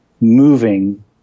moving